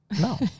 No